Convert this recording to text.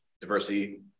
diversity